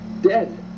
Dead